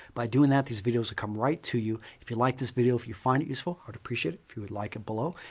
by doing that, these videos will come right to you. if you like this video, if you find it useful, i would appreciate it if you would like it below.